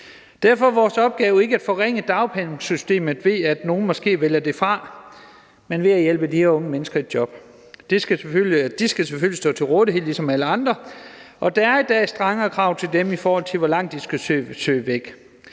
Derfor er vores opgave ikke at forringe dagpengesystemet, så nogle måske vælger det fra, men at hjælpe de her unge mennesker i job. De skal selvfølgelig stå til rådighed ligesom alle andre, og der er i dag strengere krav til dem, i forhold til hvor langt de skal søge væk.